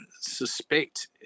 suspect